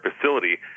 facility